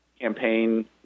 campaign